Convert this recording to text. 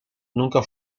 nunca